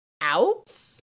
outs